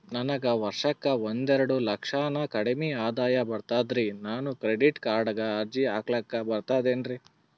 ನನಗ ವರ್ಷಕ್ಕ ಒಂದೆರಡು ಲಕ್ಷಕ್ಕನ ಕಡಿಮಿ ಆದಾಯ ಬರ್ತದ್ರಿ ನಾನು ಕ್ರೆಡಿಟ್ ಕಾರ್ಡೀಗ ಅರ್ಜಿ ಹಾಕ್ಲಕ ಬರ್ತದೇನ್ರಿ?